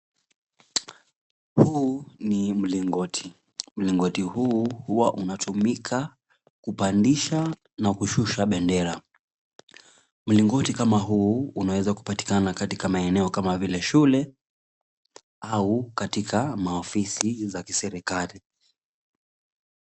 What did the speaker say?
Huu ni mlingoti. Mlingoti huu huwa unatumika kupandisha na kushusha bendera. Mlingoti kama huu unaweza patikana katika maeneo kama vile shule au ofisi za serikali.